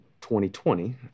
2020